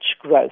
growth